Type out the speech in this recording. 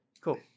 Cool